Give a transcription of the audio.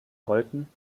wollten